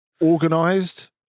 organised